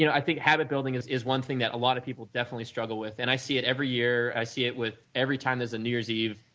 you know i think habit building is is one thing that a lot of people definitely struggle with and i see it every year, i see it with every time there is a new year's eve,